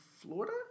Florida